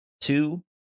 two